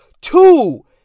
Two